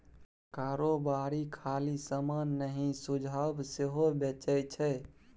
कारोबारी खाली समान नहि सुझाब सेहो बेचै छै